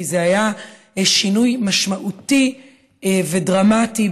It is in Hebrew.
כי זה היה שינוי משמעותי ודרמטי,